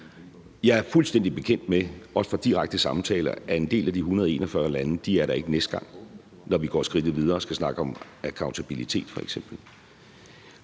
Jeg er fuldstændig bekendt med – også fra direkte samtaler – at en del af de 141 lande ikke er der næste gang, når vi går skridtet videre og skal snakke om accountability